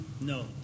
No